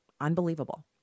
unbelievable